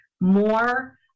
more